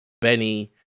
benny